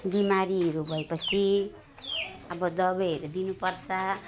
बिमारीहरू भए पछि अब दबाईहरू दिनु पर्छ